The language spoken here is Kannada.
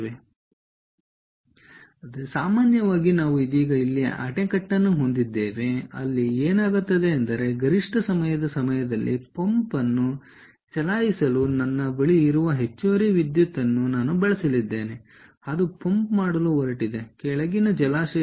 ಆದ್ದರಿಂದ ಸಾಮಾನ್ಯವಾಗಿ ನಾವು ಇದೀಗ ಇಲ್ಲಿ ಅಣೆಕಟ್ಟನ್ನು ಹೊಂದಿದ್ದೇವೆ ಇಲ್ಲಿ ಏನಾಗುತ್ತದೆ ಎಂದರೆ ಗರಿಷ್ಠ ಸಮಯದ ಸಮಯದಲ್ಲಿ ಪಂಪ್ ಅನ್ನು ಚಲಾಯಿಸಲು ನನ್ನ ಬಳಿ ಇರುವ ಹೆಚ್ಚುವರಿ ವಿದ್ಯುತ್ ಅನ್ನು ನಾನು ಬಳಸಲಿದ್ದೇನೆ ಅದು ಪಂಪ್ ಮಾಡಲು ಹೊರಟಿದೆ ಕೆಳಗಿನ ಜಲಾಶಯದಿಂದ